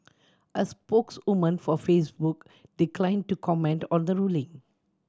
a spokeswoman for Facebook declined to comment on the ruling